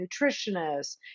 nutritionists